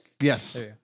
Yes